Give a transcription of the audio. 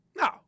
no